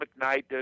mcknight